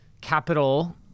Capital